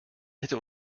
hätte